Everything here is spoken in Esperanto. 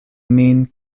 min